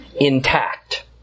intact